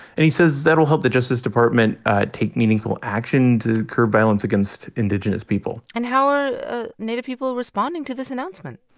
and he says that'll help the justice department take meaningful action to curb violence against against indigenous people and how are ah native people responding to this announcement?